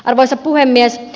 arvoisa puhemies